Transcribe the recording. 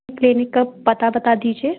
clinic का पता बता दीजिए